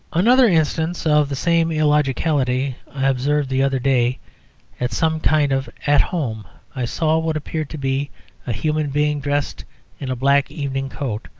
another instance of the same illogicality i observed the other day at some kind of at home. i saw what appeared to be a human being dressed in a black evening-coat,